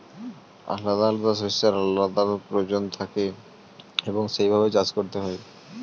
আলাদা আলাদা শস্যের আলাদা আলাদা প্রয়োজন থাকে এবং সেই ভাবে চাষ করতে হয়